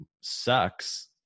sucks